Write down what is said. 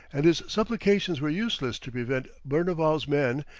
and his supplications were useless to prevent berneval's men,